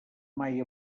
mai